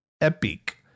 epic